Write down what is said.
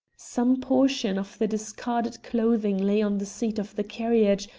some portion of the discarded clothing lay on the seat of the carriage,